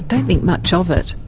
don't think much of it.